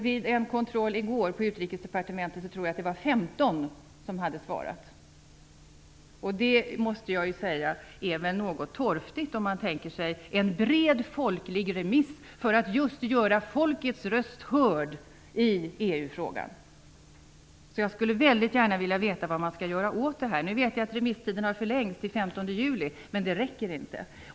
Vid en kontroll i går på Utrikesdepartementet tror jag att det var 15 som hade svarat. Det är väl något torftigt om man tänker sig en bred folklig remiss för att just göra folkets röst hörd i EU-frågan. Jag skulle väldigt gärna vilja veta vad man skall göra åt detta. Jag vet att remisstiden har förlängts till den 15 juli, men det räcker inte.